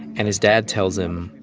and his dad tells him,